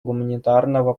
гуманитарного